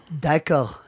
D'accord